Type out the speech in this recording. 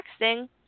texting